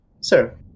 sir